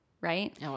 right